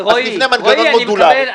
אנחנו נבנה מנגנון מודולרי.